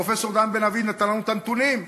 פרופסור דן בן-דוד נתן לנו את הנתונים: